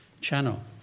channel